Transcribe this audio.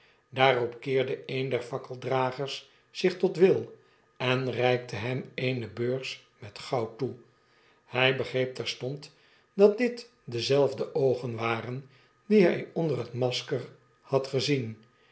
op daaropkeerde een der fakkeldragers zich tot will en reikte hem eene beurs met goud toe hij begreeg terstond dat dit dezelfde oogen waren die hij onder het masker had gezien